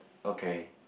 okay